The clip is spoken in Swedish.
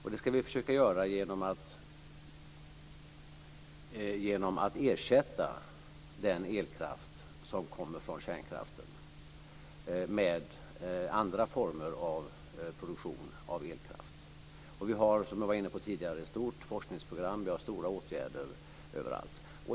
Det ska vi försöka göra genom att ersätta den elkraft som kommer från kärnkraften med andra former av produktion av elkraft. Vi har, som jag var inne på tidigare, ett stort forskningsprogram och stora åtgärder överallt.